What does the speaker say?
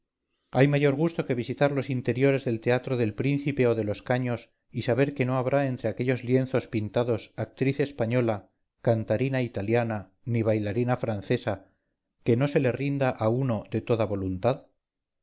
hay mayor gusto que visitar los interiores del teatro del príncipe o de los caños y saber que no habrá entre aquellos lienzos pintados actriz española cantarina italiana ni bailarina francesa que nose le rinda a uno de toda voluntad